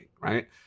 right